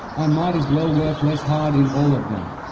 i might as well work less hard in all of them.